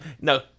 No